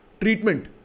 treatment